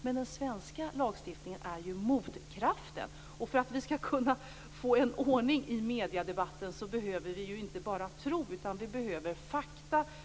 Men den svenska lagstiftningen är ju motkraften. Om vi skall kunna få ordning i mediedebatten behöver vi inte bara tro utan fakta.